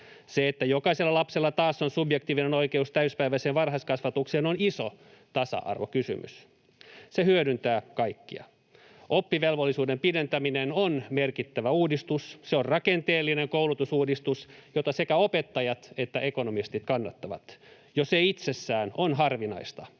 Se, että jokaisella lapsella taas on subjektiivinen oikeus täysipäiväiseen varhaiskasvatukseen, on iso tasa-arvokysymys. Se hyödyttää kaikkia. Oppivelvollisuuden pidentäminen on merkittävä uudistus. Se on rakenteellinen koulutusuudistus, jota sekä opettajat että ekonomistit kannattavat — jo se itsessään on harvinaista.